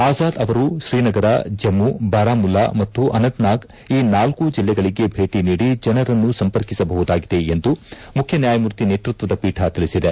ಆಜಾದ್ ಅವರು ಶ್ರೀನಗರ ಜಮ್ಯು ಬಾರಾಮುಲ್ಲಾ ಮತ್ತು ಅನಂತನಾಗ್ ಈ ನಾಲ್ಕೂ ಜಿಲ್ಲೆಗಳಿಗೆ ಭೇಟ ನೀಡಿ ಜನರನ್ನು ಸಂಪರ್ಕಿಸಬಹುದಾಗಿದೆ ಎಂದು ಮುಖ್ಯ ನ್ಯಾಯಮೂರ್ತಿ ನೇತೃತ್ವದ ಪೀಠ ತಿಳಿಸಿದೆ